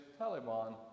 Taliban